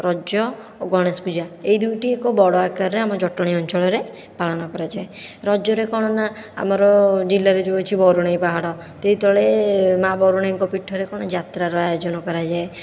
ରଜ ଓ ଗଣେଶ ପୂଜା ଏଇ ଦୁଇଟି ଏକ ବଡ଼ ଆକାରରେ ଆମ ଜଟଣୀ ଅଞ୍ଚଳରେ ପାଳନ କରାଯାଏ ରଜରେ କଣ ନା ଆମର ଜିଲ୍ଲାରେ ଯେଉଁ ଅଛି ବରୁଣେଇ ପାହାଡ଼ ସେହି ତଳେ ମା ବାରୁଣେଇଙ୍କ ପୀଠରେ କଣ ଯାତ୍ରାର ଆୟୋଜନ କରାଯାଏ